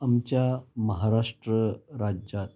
आमच्या महाराष्ट्र राज्यात